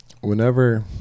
whenever